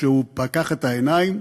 כשהוא פקח את העיניים